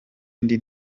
indi